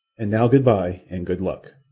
and now good-bye, and good luck!